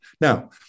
Now